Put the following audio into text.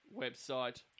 website